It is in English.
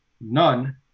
none